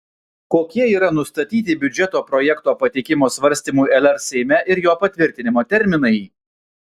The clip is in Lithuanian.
kokie yra nustatyti biudžeto projekto pateikimo svarstymui lr seime ir jo patvirtinimo terminai